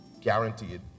guaranteed